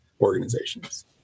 organizations